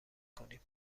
کنیم